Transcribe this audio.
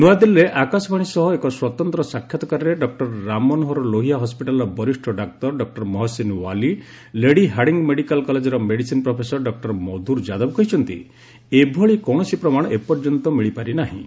ନ୍ତଆଦିଲ୍ଲୀରେ ଆକାଶବାଣୀ ସହ ଏକ ସ୍ୱତନ୍ତ୍ର ସାକ୍ଷାତକାରରେ ଡକୁର ରାମମନୋହର ଲୋହିଆ ହସ୍କିଟାଲର ବରିଷ୍ଠ ଡାକ୍ତର doctor Mohsin Wali Lady Hardinge Medical କଲେଜର medicine professor doctor Madhur Yadav କହିଛନ୍ତି ଏଭଳି କୌଣସି ପ୍ରମାଣ ଏପର୍ଯ୍ୟନ୍ତ ମିଳିପାରି ନାହିଁ